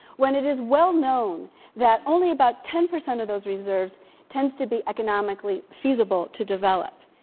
when it is well known that only about ten percent of those reserves tend to be economically feasible to develop.